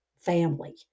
family